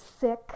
sick